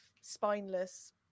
spineless